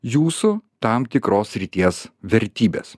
jūsų tam tikros srities vertybės